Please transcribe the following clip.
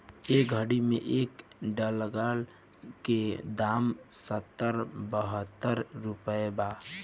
ए घड़ी मे एक डॉलर के दाम सत्तर बहतर रुपइया बा